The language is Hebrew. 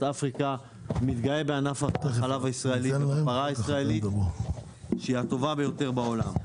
אפריקה מתגאה בענף החלב הישראלי ובפרה הישראלית שהיא הטובה ביותר בעולם.